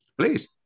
Please